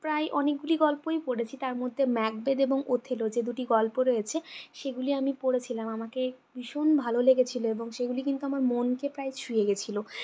প্রায় অনেকগুলি গল্পই পড়েছি তার মধ্যে ম্যাকবেথ এবং ওথেলো যে দুটি গল্প রয়েছে সেগুলি আমি পড়েছিলাম আমাকে ভীষণ ভালো লেগেছিলো এবং সেগুলি কিন্তু আমার মনকে প্রায় ছুঁয়ে গেছিলো